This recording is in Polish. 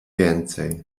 więcej